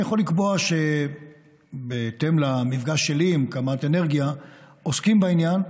אני יכול לקבוע שבהתאם למפגש שלי עם קמ"ט אנרגיה עוסקים בעניין.